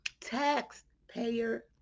Taxpayer